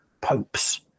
popes